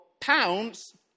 pounds